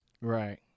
Right